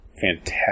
fantastic